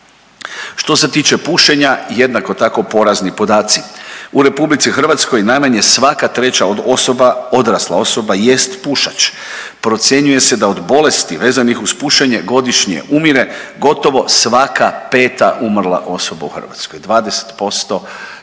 Što se tiče pušenja, jednako tako porazni podaci. U RH najmanje svaka treća od osoba odrasla osoba jest pušač, procjenjuje se da od bolesti vezanih uz pušenje godišnje umire gotovo svaka peta umrla osoba u Hrvatskoj, 20% dakle